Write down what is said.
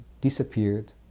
disappeared